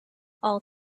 all